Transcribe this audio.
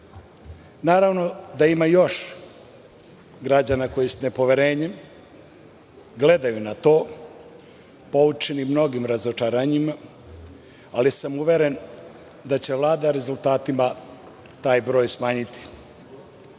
Naravno da ima još građana koji sa nepoverenjem gledaju na to poučeni mnogim razočaranjima, ali sam uveren da će Vlada rezultatima taj broj smanjiti. Kada